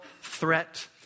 threat